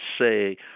say